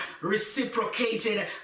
reciprocated